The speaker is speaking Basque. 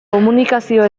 komunikazio